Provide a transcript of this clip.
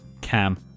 Cam